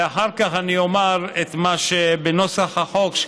ואחר כך אני אומר את מה שבנוסח החוק,